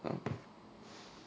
mm